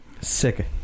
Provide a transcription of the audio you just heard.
sick